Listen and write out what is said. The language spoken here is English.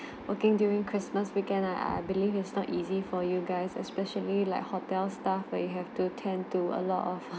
working during christmas weekend ah I believe is not easy for you guys especially like hotel staff where you have to tend to a lot of